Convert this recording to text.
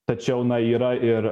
tačiau na yra ir